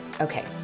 Okay